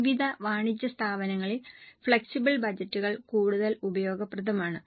വിവിധ വാണിജ്യ സ്ഥാപനങ്ങളിൽ ഫ്ലെക്സിബിൾ ബജറ്റുകൾ കൂടുതൽ ഉപയോഗപ്രദമാണ്